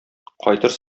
кайтыр